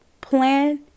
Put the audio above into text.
Plan